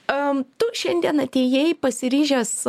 am tu šiandien atėjai pasiryžęs